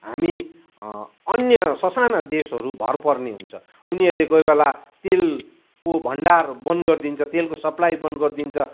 हामी अन्य ससाना देशहरू भरपर्ने हुन्छ उनीहरूले कोही बेला तेलको भण्डार बन्द गरिदिन्छ तेलको सप्लाई बन्द गरिदिन्छ